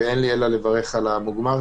אין לי אלא לברך על המוגמר.